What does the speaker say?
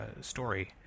story